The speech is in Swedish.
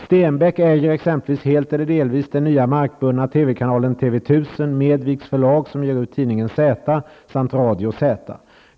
Stenbeck äger exempelvis helt eller delvis den nya markbundna TV kanalen TV 1000, Medviks förlag -- som ger ut tidningen Z -- samt radio Z.